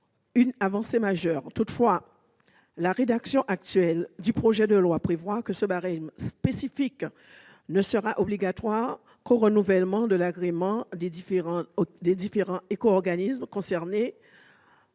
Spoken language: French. une avancée majeure. Toutefois, la rédaction actuelle prévoit que l'application de ce barème spécifique ne sera obligatoire qu'au renouvellement de l'agrément des différents éco-organismes concernés,